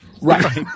Right